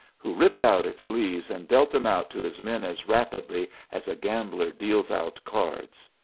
who ripped out its leaves and dealt them out to his men as rapidly as a gambler deals out cards.